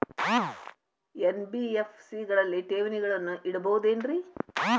NBFC ಗಳಲ್ಲಿ ಠೇವಣಿಗಳನ್ನು ಇಡಬಹುದೇನ್ರಿ?